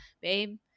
babe